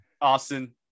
Austin